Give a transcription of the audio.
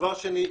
דבר שני,